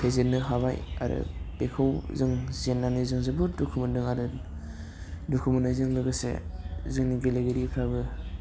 फेजेन्नो हाबाय आरो बेखौ जों जेन्नानै जों जोबोद दुखु मोन्दों आरो दुखु मोननायजों लोगोसे जोंनि गेलेगिरिफ्राबो